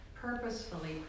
purposefully